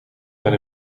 maar